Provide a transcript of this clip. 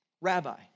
Rabbi